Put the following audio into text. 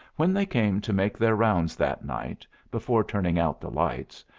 when they came to make their rounds that night before turning out the lights,